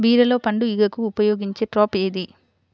బీరలో పండు ఈగకు ఉపయోగించే ట్రాప్ ఏది?